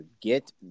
get